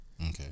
Okay